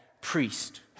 priest